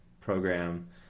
program